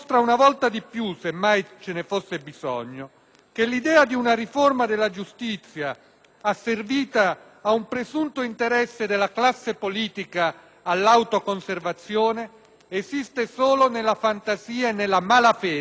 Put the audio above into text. asservita a un presunto interesse della classe politica all'autoconservazione, esiste solo nella fantasia e nella malafede di chi continua ad agitarla con slogan tanto demagogici quanto fasulli.